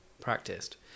practiced